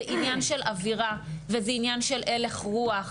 זה עניין של אווירה וזה עניין של הלך רוח.